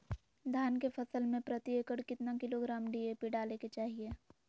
धान के फसल में प्रति एकड़ कितना किलोग्राम डी.ए.पी डाले के चाहिए?